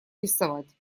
рисовать